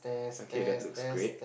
okay that looks great